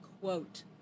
quote